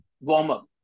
warm-up